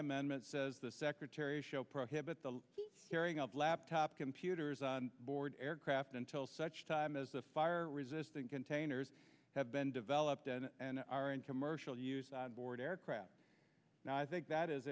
amendment says the secretary show prohibits the carrying of laptop computers on board aircraft until such time as the fire resistant containers have been developed and are in commercial use onboard aircraft and i think that is